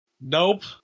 Nope